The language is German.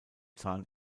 zahn